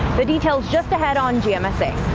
the details just ahead on gmsa.